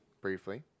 briefly